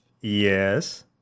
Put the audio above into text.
Yes